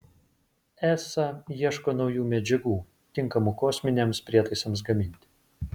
esa ieško naujų medžiagų tinkamų kosminiams prietaisams gaminti